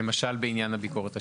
למשל, בעניין הביקורת השיפוטית.